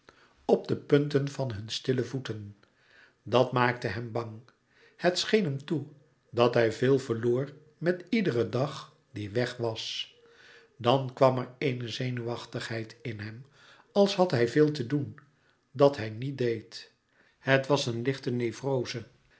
op de punten van hun stille voeten dat maakte hem bang het scheen hem toe dat hij veel verloor met iederen dag die weg was dan kwam er eene zenuwachtigheid in hem als had hij veel te doen dat hij niet deed het was een lichte